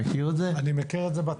אני מכיר את זה בתהליך,